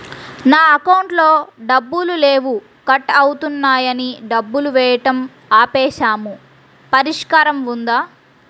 నా అకౌంట్లో డబ్బులు లేవు కట్ అవుతున్నాయని డబ్బులు వేయటం ఆపేసాము పరిష్కారం ఉందా?